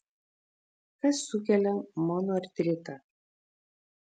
kas sukelia monoartritą